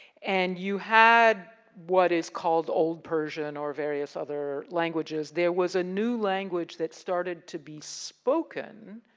and, you had what is called old persian or various other languages. there was a new language that started to be spoken,